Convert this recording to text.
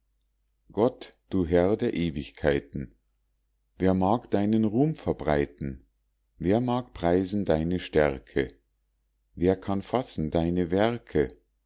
gott du herr der ewigkeiten wer mag deinen ruhm verbreiten wer mag preisen deine stärke wer kann fassen deine werke